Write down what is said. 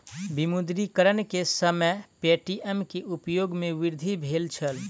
विमुद्रीकरण के समय पे.टी.एम के उपयोग में वृद्धि भेल छल